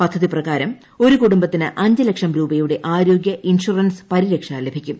പദ്ധതി പ്രകാരം ഒരു കുടുംബത്തിന് അഞ്ചു ലക്ഷം രൂപയുടെ ആരോഗ്യ ഇൻഷുറൻസ് പരിരക്ഷ ലഭിക്കും